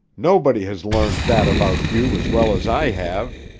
nobody has learned that about you as well as i have.